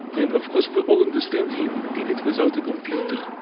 and of course we all understand he did it without a computer.